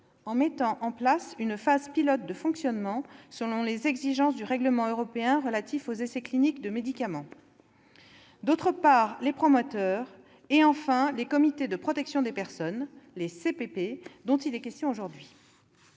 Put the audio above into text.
en mettant en place une phase pilote de fonctionnement selon les exigences du règlement européen relatif aux essais cliniques de médicaments. Mais les promoteurs, les comités de protection des personnes, ou CPP, dont il est question aujourd'hui,